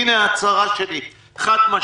הינה, ההצהרה שלי חד-משמעית.